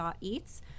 eats